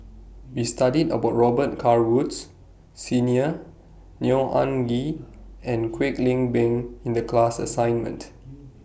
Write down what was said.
We studied about Robet Carr Woods Senior Neo Anngee and Kwek Leng Beng in The class assignment